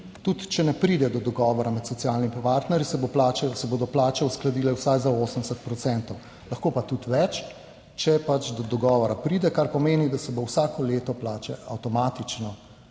tudi, če ne pride do dogovora med socialnimi partnerji, se bo plače, se bodo plače uskladile vsaj za 80 procentov, lahko pa tudi več, če pač do dogovora pride, kar pomeni, da se bo vsako leto plače avtomatično